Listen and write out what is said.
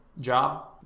job